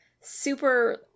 super